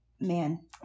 man